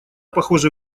похоже